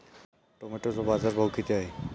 टोमॅटोचा बाजारभाव किती आहे?